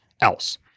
else